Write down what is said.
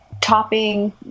topping